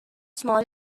small